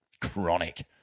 chronic